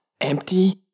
empty